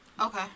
Okay